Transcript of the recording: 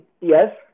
yes